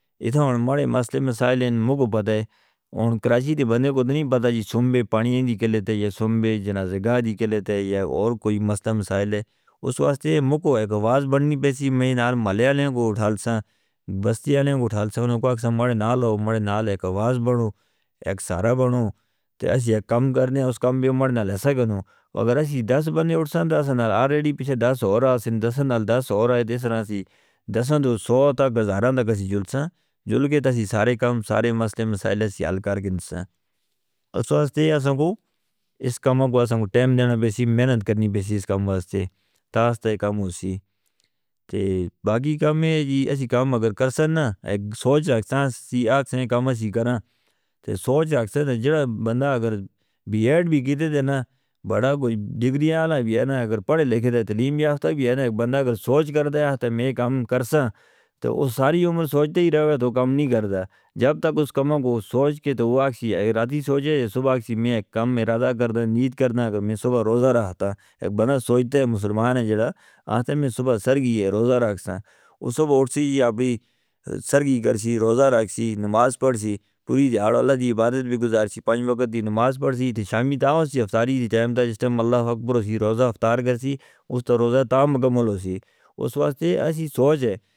یہاں ہم مڑے مسئلے مسائل ہیں۔ ممکن پدے ہم کراچی دی بندے کو نہیں پتا جی سمبے پانی ہیں جی کلے تے یا سمبے جنازہ گاہ جی کلے تے یا اور کوئی مسلم مسائل ہیں۔ اس واسطے ممکن ایک آواز بڑھنی پیسی میں نال مالیاں کو اٹھال ساں بستیان کو اٹھال ساں۔ انہوں کو اکسمڑے نال ہو مڑے نال ایک آواز بڑھو، ایک سارا بڑھو تے اس یہ کام کرنے۔ اس کام بھی ہم مڑے نال ساتھ کرنوں مگر اس ہی دس بندے اٹھان دستاں نال آریڈی پچھے دس اور آسن دس نال دس اور آدے سنہ سی دس نو سو تک گزراندہ کسی جلسہ جلس کے تسی سارے کام سارے مسئلے مسائلہ سیال کر گنساں۔ اس واسطے اس کو اس کاموں کو اس کو ٹائم دینا بیسی محنت کرنی بیسی اس کام واسطے تاستہ ہی کام ہوئی۔ باقی کام ہے جی اس ہی کام اگر کرساں نا ایک سوچ آکسان سی آکسان کامہ سی کران تے سوچ آکسان۔ جیڑا بندہ اگر بی ایڈ بھی کیتے تھا نا بڑا کوئی ڈگری آلہ بی ایڈ نا اگر پڑھے لکھے تعلیم یافتہ بھی ہے نا ایک بندہ اگر سوچ کردہ تھا کہ میں کام کرساں تے وہ ساری عمر سوچتے ہی رہوے تو کام نہیں کردہ۔ جب تک اس کاموں کو سوچ کے تو وہ اکشی ارادہ سوچے۔ صبح اکشی میں کام ارادہ کردہ نیت کردہ کہ میں صبح روزہ رہتا۔ ایک بندہ سوچتے ہیں مسلمان جیڑا آٹھے میں صبح سرگی ہے روزہ رکھساں۔ اس وقت اٹھسی جی اپنی سرگی کرسی روزہ رکھسی نماز پڑھسی پوری جھاڑاللہ جی عبادت بھی گزارشی۔ پنج وقت دی نماز پڑھسی تے چھامی تاں سی افتاری دی ٹائم تاں جس طرح اللہ اکبر ہسی روزہ افتار کرسی۔ اس وقت روزہ تاں مکمل ہوسی۔ اس واسطے ایسی سوچ ہے.